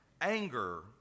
anger